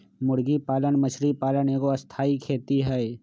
मुर्गी पालन मछरी पालन एगो स्थाई खेती हई